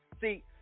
See